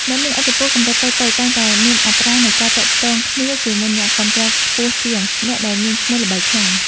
អ្នកមានឥទ្ធិពលកម្រិតតូចៗតែងតែមានអត្រានៃការទាក់ទងគ្នាជាមួយអ្នកគាំទ្រខ្ពស់ជាងអ្នកដែលមានឈ្មោះល្បីខ្លាំង។